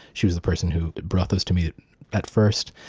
she was the person who brought those to me at first.